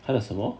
还等什么